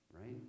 right